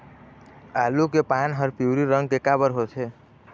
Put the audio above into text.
आलू के पान हर पिवरी रंग के काबर होथे?